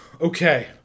Okay